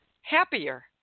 happier